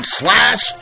slash